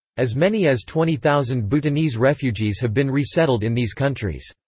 as many as twenty thousand bhutanese refugees have been resettled in these countries.